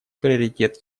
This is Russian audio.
приоритет